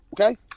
Okay